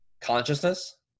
consciousness